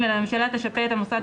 הממשלה תשפה את המוסד,